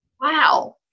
wow